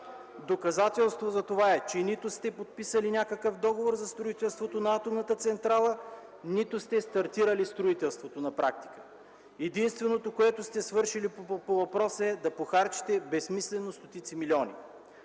Доказателство за това е, че нито сте подписали някакъв договор за строителството на атомната централа, нито сте стартирали строителството на практика. Единственото, което сте свършили по въпроса, е да похарчите безсмислено стотици милиони.